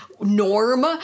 norm